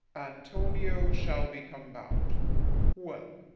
antonio shall become bound well?